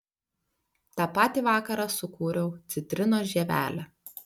tą patį vakarą sukūriau citrinos žievelę